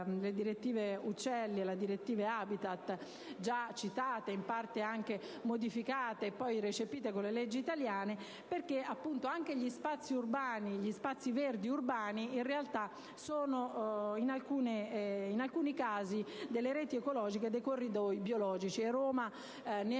direttive uccelli e *habitat,* già citate, in parte modificate e poi recepite con le leggi italiane). Anche gli spazi verdi urbani sono in realtà, in alcuni casi, delle reti ecologiche e dei corridoi biologici. Roma ne